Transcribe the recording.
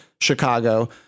Chicago